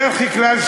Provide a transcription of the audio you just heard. בדרך כלל,